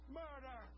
murder